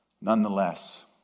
nonetheless